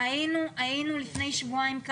אני רוצה להזכיר לך: לפני שבועיים היינו